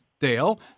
Dale